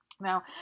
Now